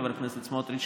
חבר הכנסת סמוטריץ'.